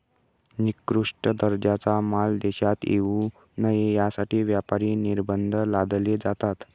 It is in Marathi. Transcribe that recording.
निकृष्ट दर्जाचा माल देशात येऊ नये यासाठी व्यापार निर्बंध लादले जातात